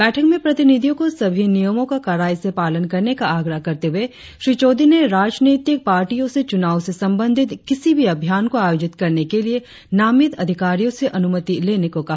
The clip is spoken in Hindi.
बैठक में प्रतिनिधियो को सभी नियमों का कड़ाई से पालन करने का आग्रह करते हुए श्री चौधरी ने राजनैतिक पार्टियो से चुनाव से संबंधित किसी भी अभियान को आयोजित करने के लिए नामित अधिकारियो से अनुमति लेने को कहा